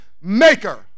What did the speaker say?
maker